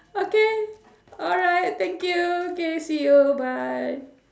okay alright thank you okay see you bye